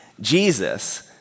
Jesus